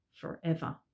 forever